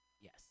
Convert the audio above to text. yes